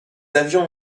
avions